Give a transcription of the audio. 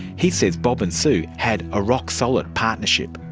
he says bob and sue had a rock-solid partnership.